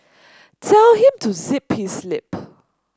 tell him to zip his lip